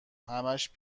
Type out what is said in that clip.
همشم